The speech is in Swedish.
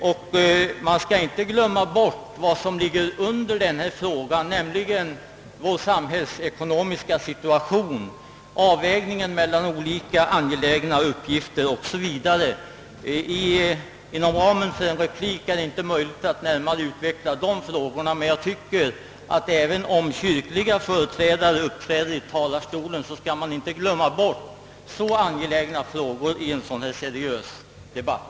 Man skall inte glömma bort bakgrunden till dettå förslag, nämligen den samhällsekonomiska situationen som nödvändiggör en avvägning. Inom ramen för en replik är det inte möjligt att närmare utveckla de frågorna. Men jag vill ändå säga att företrädare för kyrka och frikyrka som uppträder i talarstolen inte bör glömma bort dessa angelägna frågor i en sådan här seriös debatt.